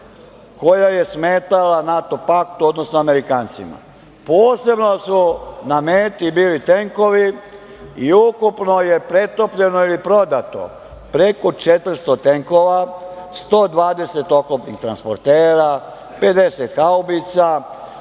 koja je smetala NATO paktu, odnosno Amerikancima. Posebno su na meti bili tenkovi. Ukupno je pretopljeno ili prodato preko 400 tenkova, 120 oklopnih transportera, 50 haubica,